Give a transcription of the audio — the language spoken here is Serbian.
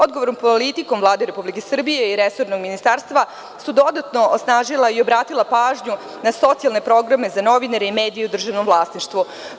Odgovornom politikom Vlade Republike Srbije i resornog ministarstva dodatno smo osnažili i obratili pažnju na socijalne programe za novinare i medije u državnom vlasništvu.